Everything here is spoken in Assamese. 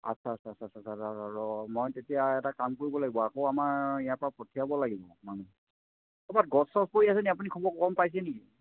আচ্ছা আচ্ছা আচ্ছা আচ্ছা অ' মই তেতিয়া এটা কাম কৰিব লাগিব আকৌ আমাৰ ইয়াৰপৰা পঠিয়াব লাগিব মানুহ ক'ৰবাত গছ চছ পৰি আছে নেকি আপুনি খবৰ গম পাইছে নেকি